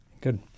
Good